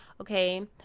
okay